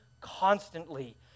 constantly